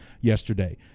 yesterday